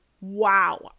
wow